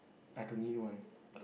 I don't need one